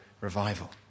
revival